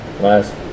last